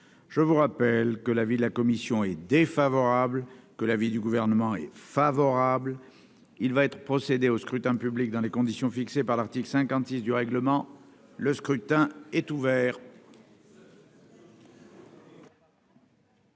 Je rappelle que l'avis de la commission est défavorable et que celui du Gouvernement est favorable. Il va être procédé au scrutin dans les conditions fixées par l'article 56 du règlement. Le scrutin est ouvert.